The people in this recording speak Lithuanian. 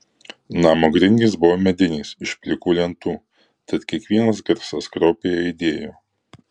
namo grindys buvo medinės iš plikų lentų tad kiekvienas garsas kraupiai aidėjo